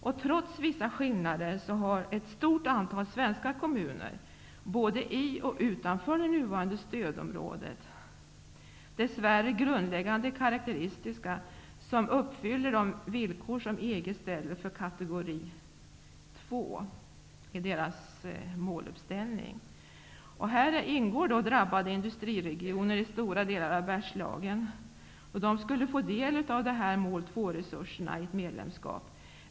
Trots vissa skillnader har ett stort antal svenska kommuner både i och utanför det nuvarande stödområdet dess värre grundläggande karaktäristika som uppfyller de villkor som EG ställer för kategori 2 i dess måluppställning. Här ingår då drabbade industriregioner i stora delar av Bergslagen. De skulle få del av mål 2-resurserna vid ett medlemskap.